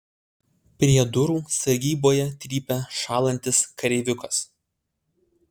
prie durų sargyboje trypia šąlantis kareiviukas